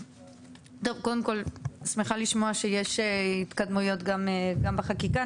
קודם כל שמחה לשמוע שיש התקדמויות גם בחקיקה.